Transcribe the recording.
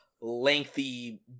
lengthy